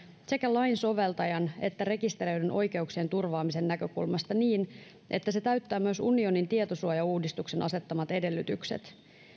sekä lainsoveltajan että rekisteröidyn oikeuksien turvaamisen näkökulmasta niin että se täyttää myös unionin tietosuojauudistuksen asettamat edellytykset